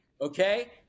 Okay